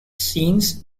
scenes